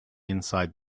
inside